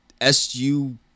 S-U